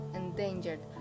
endangered